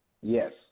Yes